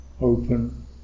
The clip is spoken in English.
open